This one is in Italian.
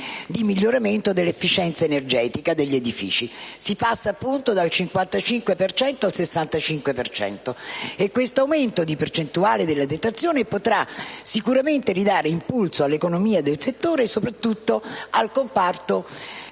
di miglioramento dell'efficienza energetica degli edifici. Si passa - appunto - dal 55 per cento al 65 per cento. L'aumento di percentuale della detrazione potrà sicuramente ridare impulso all'economia del settore e soprattutto al comparto